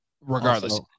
regardless